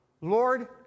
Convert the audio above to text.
Lord